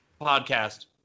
Podcast